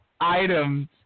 items